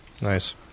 Nice